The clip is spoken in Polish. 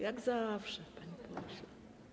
Jak zawsze, panie pośle.